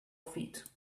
feet